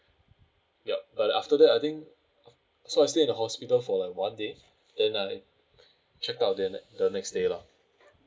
yup but after that I think so I stay in the hospital for like one day then I check out then the next day lah